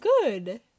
good